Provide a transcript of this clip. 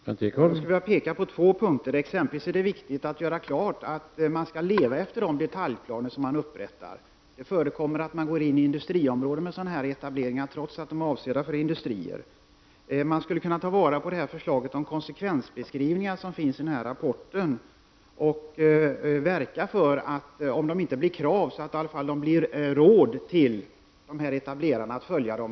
Herr talman! Jag skulle vilja peka på två punkter. Det är exempelvis viktigt att göra klart att man skall leva efter de detaljplaner som upprättas. Det förekommer att man går in i industriområden med sådana här etableringar, trots att de är avsedda för industrier. Man skulle kunna ta vara på förslaget om konsekvensbeskrivning som finns i rapporten och verka för att den, om den inte blir krav, i varje fall blir råd som etablerarna skall följa.